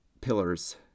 pillars